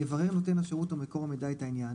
יברר נותן השירות או מקור המידע את העניין